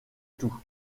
tout